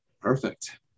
Perfect